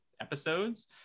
episodes